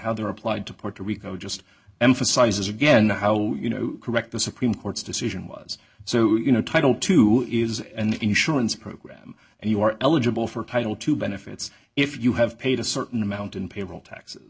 how they're applied to puerto rico just emphasizes again how you know correct the supreme court's decision was so you know title two is an insurance program and you are eligible for title two benefits if you have paid a certain amount in payroll taxes